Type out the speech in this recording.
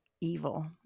evil